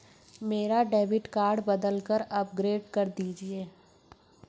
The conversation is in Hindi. मेरा डेबिट कार्ड बदलकर अपग्रेड कर दीजिए